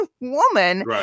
woman